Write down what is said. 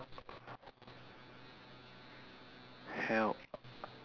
help